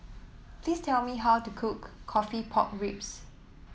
please tell me how to cook coffee Pork Ribs